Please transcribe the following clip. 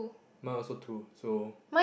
mine also two so